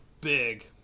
big